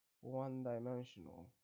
one-dimensional